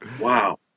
wow